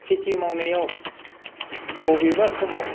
खेथि मावनायाव बबेबा समाव